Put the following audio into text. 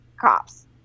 cops